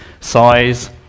Size